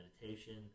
meditation